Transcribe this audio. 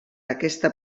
aquesta